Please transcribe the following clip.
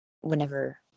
whenever